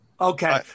Okay